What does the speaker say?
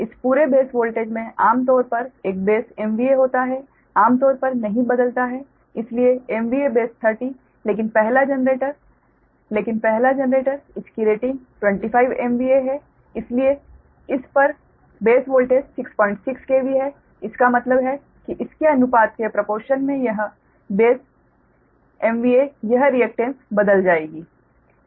इस पूरे base voltage में आमतौर पर एक बेस MVA होता है आमतौर पर नहीं बदलता है इसलिए MVA बेस 30 लेकिन पहला जनरेटर लेकिन पहला जनरेटर इसकी रेटिंग 25 MVA है लेकिन इस पर बेस वोल्टेज 66 KV है इसका मतलब है कि इसके अनुपात के प्रोपोर्शन में यह बेस MVA यह रिएकटेन्स बदल जाएगी